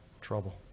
trouble